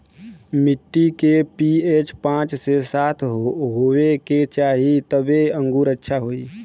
मट्टी के पी.एच पाँच से सात होये के चाही तबे अंगूर अच्छा होई